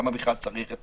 למה בכלל צריך את